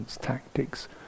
tactics